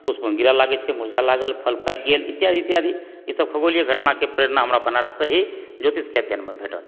पुष्पम गिरऽ लागए छै मुरझाए लागल छै फल पाकि गेल इत्यादि इत्यादि ई सब खगोलीय घटनाके प्रेरणा हमरा बनारस से ही ज्योतिषके अध्ययनमे भेटल